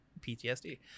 PTSD